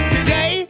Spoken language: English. Today